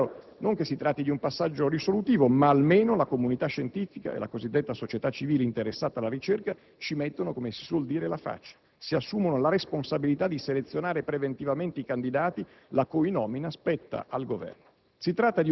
Sia ben chiaro, non si tratta di un passaggio risolutivo, ma almeno la comunità scientifica e la cosiddetta società civile interessata alla ricerca ci mettono, come si suol dire, la faccia; si assumono la responsabilità di selezionare preventivamente i candidati la cui nomina spetta al Governo.